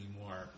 anymore